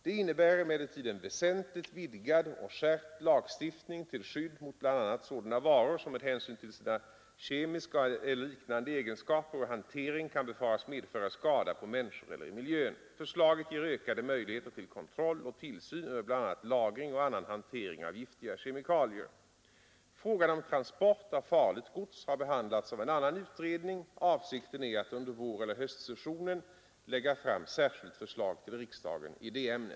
Det innebär emellertid en väsentligt vidgad och skärpt lagstiftning till skydd mot bl.a. sådana varor som med hänsyn till sina kemiska eller liknande egenskaper och hantering kan befaras medföra skada på människor eller i miljön. Förslaget ger ökade möjligheter till kontroll och tillsyn över bl.a. lagring och annan hantering av giftiga kemikalier. Frågan om transport av farligt gods har behandlats av en annan utredning. Avsikten är att under våreller höstsessionen lägga fram särskilt förslag till riksdagen i detta ämne.